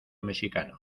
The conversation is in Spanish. mexicano